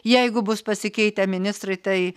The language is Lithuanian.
jeigu bus pasikeitę ministrai tai